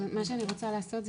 אבל מה שאני רוצה לעשות,